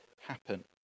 happen